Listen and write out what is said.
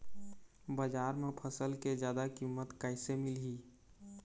बजार म फसल के जादा कीमत कैसे मिलही?